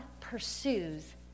pursues